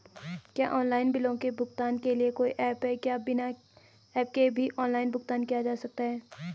क्या ऑनलाइन बिलों के भुगतान के लिए कोई ऐप है क्या बिना ऐप के भी ऑनलाइन भुगतान किया जा सकता है?